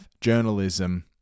journalism